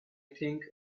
think